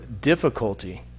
difficulty